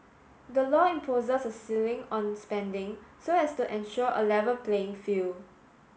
the law imposes a ceiling on spending so as to ensure a level playing field